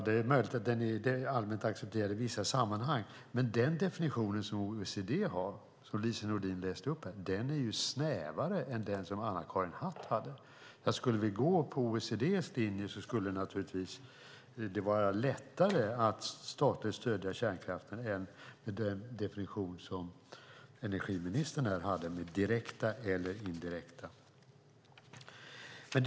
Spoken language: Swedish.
Det är möjligt att den är allmänt accepterad i vissa sammanhang, men den definitionen som OECD har och som Lise Nordin läste upp är ju snävare än den som Anna-Karin Hatt hade. Skulle vi gå på OECD:s linje skulle det naturligtvis vara lättare att statligt stödja kärnkraften än vad det skulle vara med den definition som energiministern hade här med direkta eller indirekta subventioner.